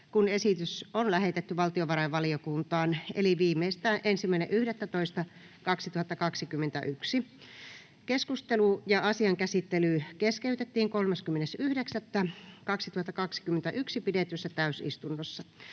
kun esitys on lähetetty valtiovarainvaliokuntaan, eli viimeistään 1.11.2021. Keskustelu ja asian käsittely keskeytettiin 30.9.2021 pidetyssä täysistunnossa.